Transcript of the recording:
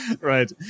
Right